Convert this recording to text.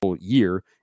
year